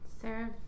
sarah